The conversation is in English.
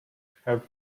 have